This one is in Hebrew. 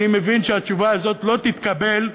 אני מבין שהתשובה הזאת לא תתקבל,